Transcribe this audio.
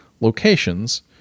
locations